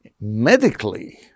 medically